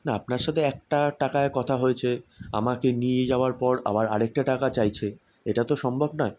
না আপনার সাথে একটা টাকায় কথা হয়েছে আমাকে নিয়ে যাওয়ার পর আবার আরেকটা টাকা চাইছে এটা তো সম্ভব নয়